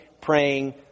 praying